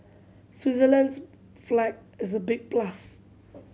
Switzerland's flag is a big plus